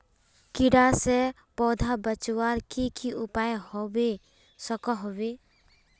कीड़ा से पौधा बचवार की की उपाय होबे सकोहो होबे?